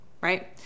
right